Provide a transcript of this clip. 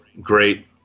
Great